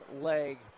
leg